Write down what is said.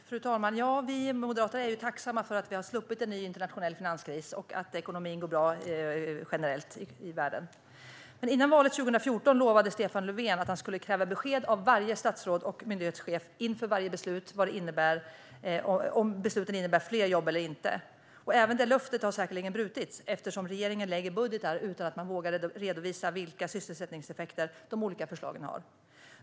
Fru talman! Vi moderater är tacksamma för att vi har sluppit en ny internationell finanskris och att ekonomin går bra generellt i världen. Men före valet 2014 lovade Stefan Löfven att han skulle kräva besked av varje statsråd och myndighetschef inför varje beslut om besluten innebär fler jobb eller inte. Även det löftet har säkerligen brutits, eftersom regeringen lägger fram budgetar utan att den vågar redovisa vilka sysselsättningseffekter de olika förslagen har.